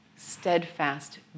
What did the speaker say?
steadfast